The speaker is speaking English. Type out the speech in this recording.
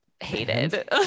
Hated